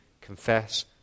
confess